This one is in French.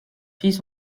filles